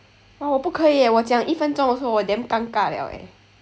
!wah! 我不可以 eh 我讲话一分钟 also 我 damn 尴尬 liao eh